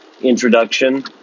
Introduction